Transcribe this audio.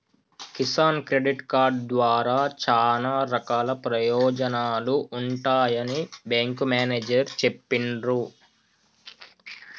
Kisan credit card ద్వారా చానా రకాల ప్రయోజనాలు ఉంటాయని బేంకు మేనేజరు చెప్పిన్రు